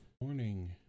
Morning